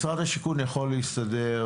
משרד השיכון יכול להסתדר,